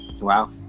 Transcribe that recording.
Wow